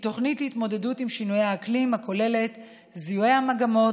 היא תוכנית להתמודדות עם שינויי האקלים הכוללת זיהוי המגמות